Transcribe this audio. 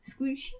squishy